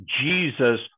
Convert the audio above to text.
Jesus